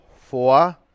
four